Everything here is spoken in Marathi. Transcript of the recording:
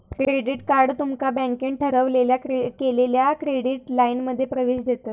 क्रेडिट कार्ड तुमका बँकेन ठरवलेल्या केलेल्या क्रेडिट लाइनमध्ये प्रवेश देतत